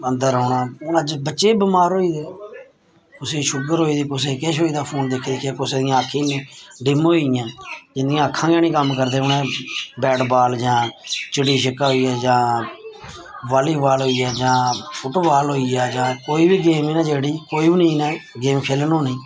अंदर रौह्ना हून अज्ज बच्चे बमार होई गेदे कुसै गी शुगर होई गेदी कुसै गी किश होई गेदा फोन दिक्खी कुसै दियां आक्खीं डिम होई गेइयां जिंदियां आक्खां गै निं कम्म करदे उ'नें बैट बाल जां चिड़ी छिक्का होई गेआ जां वाली बाल होई गेआ जां फुट बाल होई गेआ जां कोई बी गेम ऐ ना जेह्ड़ी कोई बी नेईं इन्नै गेम खेलन होनी